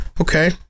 Okay